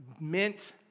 meant